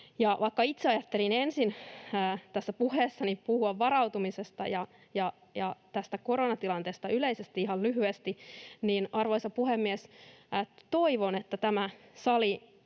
Vaikka itse ajattelin ensin puhua tässä puheessani varautumisesta ja tästä koronatilanteesta yleisesti ihan lyhyesti, niin arvoisa puhemies, toivon, että tämä sali